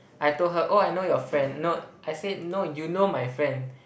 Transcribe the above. I told her oh I know your friend no I say no you know my friend